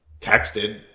texted